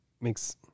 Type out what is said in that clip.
makes